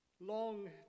long